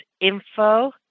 info